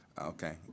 Okay